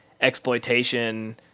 exploitation